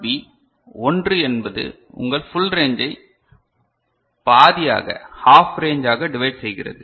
B 1 என்பது உங்கள் full ரேஞ்சை பாதியாக ஹாப் ரேஞ்சாக டிவைட் செய்கிறது